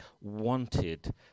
wanted